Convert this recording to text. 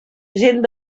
gent